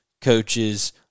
coaches